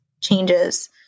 changes